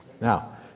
Now